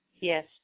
Yes